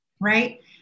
right